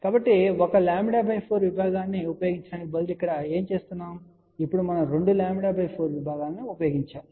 కాబట్టి ఒక λ 4 విభాగాన్ని ఉపయోగించడానికి బదులుగా ఇక్కడ ఏమి చేస్తున్నాము ఇప్పుడు మనం రెండు λ 4 విభాగాలను ఉపయోగించాము